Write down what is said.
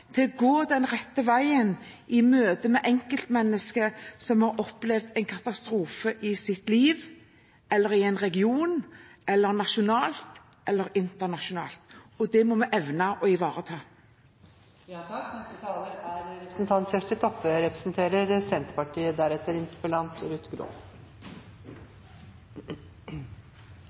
til å gå den rette veien i møte med enkeltmennesket som har opplevd en katastrofe i sitt liv – eller i en region eller nasjonalt eller internasjonalt – og det må vi evne å